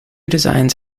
designs